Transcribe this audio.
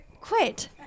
quit